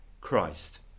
Christ